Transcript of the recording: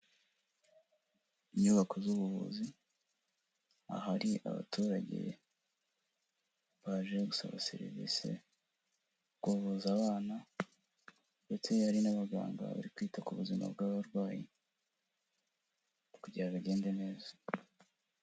Inyubako z'ubuvuzi, ahari abaturage baje gusaba serivisi, kuvuza abana ndetse hari n'abaganga bari kwita ku buzima bw'abarwayi, kugira bigende neza.